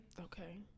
Okay